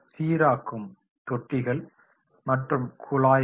சீராக்கும் தொட்டிகள் மற்றும் குழாய்கள்